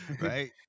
Right